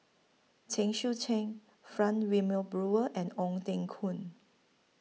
Chen Sucheng Frank Wilmin Brewer and Ong Teng Koon